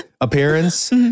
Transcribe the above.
appearance